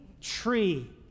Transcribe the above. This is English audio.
tree